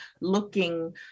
looking